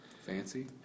Fancy